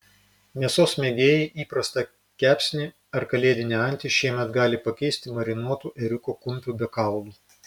mėsos mėgėjai įprastą kepsnį ar kalėdinę antį šiemet gali pakeisti marinuotu ėriuko kumpiu be kaulų